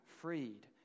freed